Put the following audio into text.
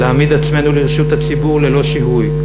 להעמיד עצמנו לרשות הציבור ללא שיהוי.